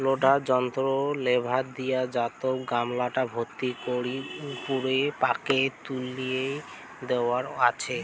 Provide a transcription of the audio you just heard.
loader যন্ত্রর lever দিয়া ধাতব গামলাটা ভর্তি করি উপুরা পাকে তুলি দ্যাওয়া আচে